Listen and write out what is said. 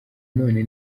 nanone